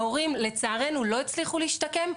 ההורים לצערנו לא הצליחו להשתקם?